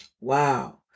Wow